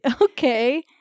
okay